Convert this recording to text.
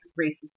racist